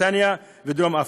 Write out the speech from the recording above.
בריטניה ודרום אפריקה.